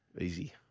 Easy